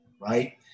right